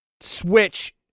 Switch